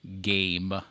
Game